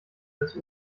das